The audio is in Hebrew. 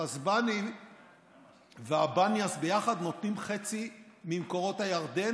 החצבאני והבאניאס ביחד נותנים חצי ממקורות הירדן,